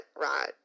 right